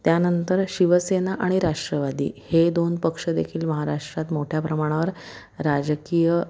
त्यानंतर शिवसेना आणि राष्ट्रवादी हे दोन पक्षदेखील महाराष्ट्रात मोठ्या प्रमाणावर राजकीय